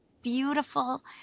beautiful